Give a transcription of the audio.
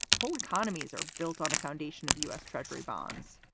whole economies are built on a foundation of u s. treasury bonds.